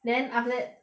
then after that